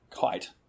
kite